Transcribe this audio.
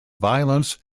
violence